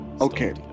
Okay